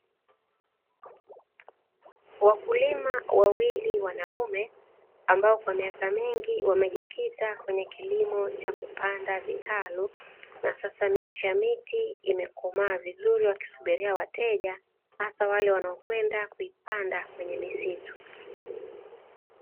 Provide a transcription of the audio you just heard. Wakulima wawili wanaume ambao kwa miaka mingi wamejikita kwenye kilimo cha kupanda vitalu, na sasa miche ya miti imekomaa vizuri wakisubiria wateja hasa wale wanaokwenda kuipanda kwenye misitu.